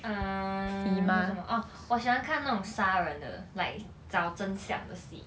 err 还有什么 orh 我喜欢看那种杀人的 like 找真相的戏